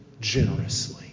generously